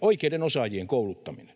oikeiden osaajien kouluttaminen.